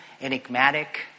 enigmatic